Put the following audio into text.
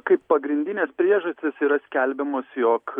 kaip pagrindinės priežastys yra skelbiamos jog